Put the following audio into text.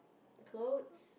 clothes